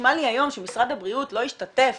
שמשרד הבריאות לא ישתתף